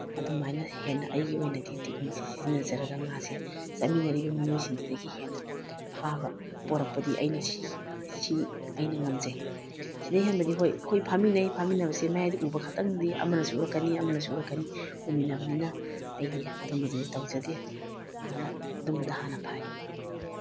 ꯑꯗꯨꯃꯥꯏꯅ ꯍꯦꯟꯅ ꯑꯩꯒꯤ ꯑꯣꯏꯅꯗꯤ ꯇꯦꯛꯀꯅꯤꯛꯁꯦ ꯁꯤꯖꯤꯟꯅꯖꯔꯒ ꯉꯥꯁꯦ ꯆꯠꯃꯤꯟꯅꯔꯤꯕ ꯃꯤꯑꯣꯏꯁꯤꯡꯁꯤꯗꯒꯤ ꯍꯦꯟꯅ ꯐꯥꯕ ꯄꯨꯔꯛꯄꯗꯤ ꯑꯩꯅ ꯁꯤꯁꯤ ꯑꯩꯅ ꯉꯝꯖꯩ ꯁꯤꯗꯩ ꯍꯦꯟꯕꯗꯤ ꯍꯣꯏ ꯑꯩꯈꯣꯏ ꯐꯥꯃꯤꯟꯅꯩ ꯐꯥꯃꯤꯟꯅꯕꯁꯤ ꯃꯌꯥꯏꯗ ꯎꯕ ꯈꯇꯪꯗꯤ ꯑꯃꯅꯁꯨ ꯎꯔꯛꯀꯅꯤ ꯑꯃꯅꯁꯨ ꯎꯔꯛꯀꯅꯤ ꯎꯃꯤꯟꯅꯕꯅꯤꯅ ꯑꯩꯗꯤ ꯑꯗꯨꯝꯕꯗꯨꯗꯤ ꯇꯧꯖꯗꯦ ꯍꯥꯟꯅ ꯑꯗꯨꯝꯕꯗꯨ ꯍꯥꯟꯅ ꯐꯥꯏ